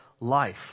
life